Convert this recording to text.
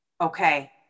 Okay